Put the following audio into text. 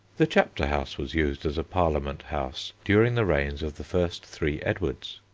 the chapter house was used as a parliament house during the reigns of the first three edwards.